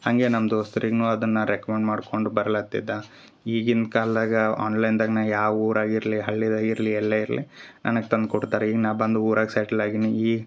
ಹಾಗೆ ನಮ್ಮ ದೋಸ್ತ್ರಿಗ್ನು ಅದನ್ನ ನಾ ರೆಕ್ಮೆಂಡ್ ಮಾಡ್ಕೊಂಡು ಬರಲತ್ತಿದ ಈಗಿನ ಕಾಲ್ದಾಗ ಆನ್ಲೈನ್ದಾಗ ನಾ ಯಾವ ಊರಾಗೆ ಇರಲಿ ಹಳ್ಳಿದಾಗ ಇರಲಿ ಎಲ್ಲೆ ಇರಲಿ ನನಗೆ ತಂದು ಕುಡ್ದರಿ ನಾ ಬಂದು ಊರಾಗೆ ಸೆಟ್ಲ್ ಆಗೀನಿ ಈ